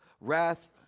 wrath